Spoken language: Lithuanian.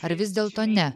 ar vis dėlto ne